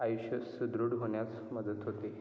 आयुष्य सुदृढ होण्यास मदत होते